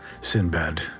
Sinbad